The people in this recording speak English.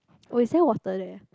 was there water there